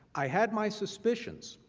i had my suspicions.